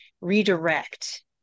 redirect